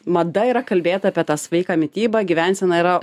mada yra kalbėt apie tą sveiką mitybą gyvenseną yra